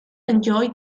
enjoy